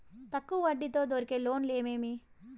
తక్కువ వడ్డీ తో దొరికే లోన్లు ఏమేమి